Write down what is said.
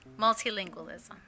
multilingualism